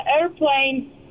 airplane